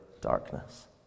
darkness